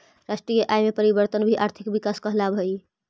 राष्ट्रीय आय में परिवर्तन भी आर्थिक विकास कहलावऽ हइ